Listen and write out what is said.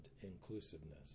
inclusiveness